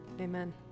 Amen